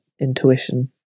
intuition